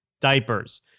diapers